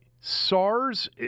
SARS